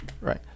right